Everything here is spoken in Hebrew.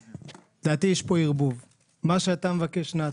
לדעתי יש פה ערבוב, מה שאתה מבקש, נתי,